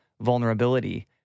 vulnerability